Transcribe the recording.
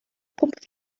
pump